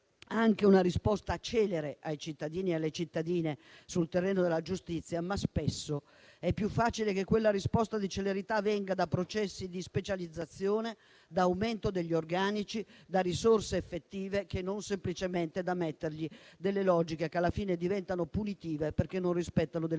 anche una risposta celere per i cittadini e per le cittadine sul terreno della giustizia, ma spesso è più facile che quella risposta di celerità venga da processi di specializzazione, da aumento degli organici e da risorse effettive, anziché semplicemente dal fatto di adottare logiche che, alla fine, diventano punitive, perché non rispettano prescrizioni